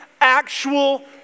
actual